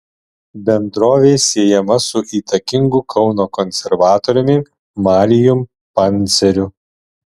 bendrovė siejama su įtakingu kauno konservatoriumi marijum panceriu